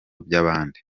by’abandi